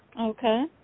Okay